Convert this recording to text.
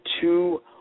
two